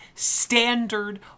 standard